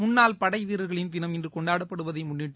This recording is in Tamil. முன்னாள் படை வீரர்களின் தினம் இன்று கொண்டாடப்படுவதை முன்னிட்டு